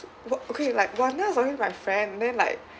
what okay like one night I was talking to my friend then like